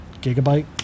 gigabyte